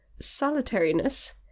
solitariness